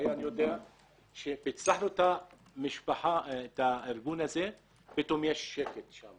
ריאן יודע שפיצחנו את הארגון הזה ופתאום יש שם שקט.